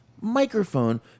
microphone